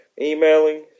emailing